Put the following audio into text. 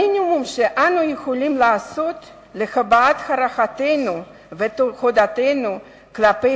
המינימום שאנחנו יכולים לעשות להבעת הערכתנו ותודתנו כלפי